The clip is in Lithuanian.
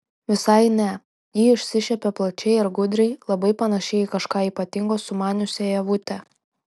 visai ne ji išsišiepė plačiai ir gudriai labai panašiai į kažką ypatingo sumaniusią ievutę